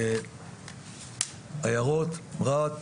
העיירות רהט,